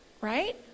Right